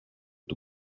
του